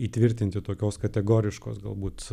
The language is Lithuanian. įtvirtinti tokios kategoriškos galbūt